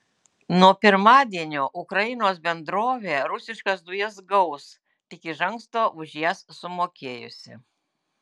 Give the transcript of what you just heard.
nuo pirmadienio ukrainos bendrovė rusiškas dujas gaus tik iš anksto už jas sumokėjusi